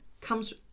comes